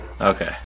Okay